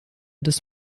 des